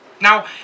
Now